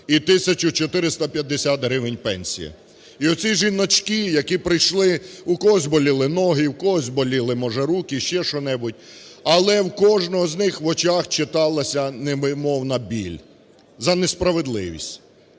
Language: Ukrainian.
450 гривень пенсія. І оці жіночки, які прийшли, у когось боліли ноги, у когось боліли, може, руки, ще що-небудь, але в кожного з них в очах читалася невимовна біль за несправедливість.